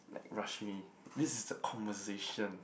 like rush me this is a conversation